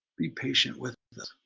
be patient with